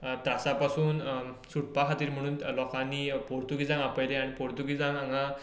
त्रासा पासून सुटपा खातीर म्हूण लोकांनी पुर्तुगेजांक आपयले आनी पुर्तुगेजान हांगा